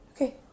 Okay